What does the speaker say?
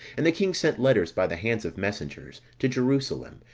and the king sent letters by the hands of messengers to jerusalem,